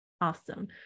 Awesome